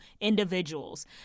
individuals